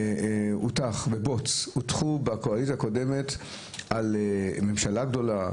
ובוץ הוטחו בקואליציה הקודמת על ממשלה גדולה,